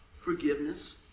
forgiveness